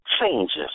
Changes